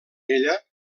ella